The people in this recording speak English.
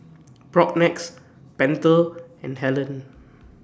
Propnex Pentel and Helen